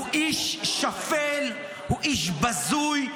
הוא איש שפל, הוא איש בזוי.